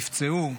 נפצעו,